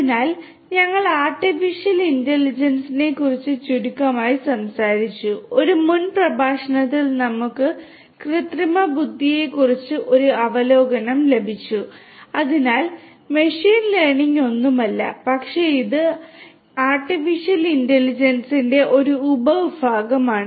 അതിനാൽ ഞങ്ങൾ ആർട്ടിഫിഷ്യൽ ഇന്റലിജൻസിനെക്കുറിച്ച് ചുരുക്കമായി സംസാരിച്ചു ഒരു മുൻ പ്രഭാഷണത്തിൽ നമുക്ക് കൃത്രിമബുദ്ധിയെക്കുറിച്ച് ഒരു അവലോകനം ലഭിച്ചു അതിനാൽ മെഷീൻ ലേണിംഗ് ഒന്നുമല്ല പക്ഷേ ഇത് കൃത്രിമ ബുദ്ധിയുടെ ഒരു ഉപവിഭാഗമാണ്